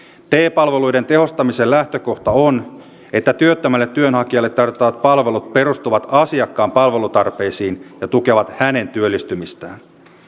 te palveluiden tehostamisen lähtökohta on että työttömälle työnhakijalle tarjottavat palvelut perustuvat asiakkaan palvelutarpeisiin ja tukevat hänen työllistymistään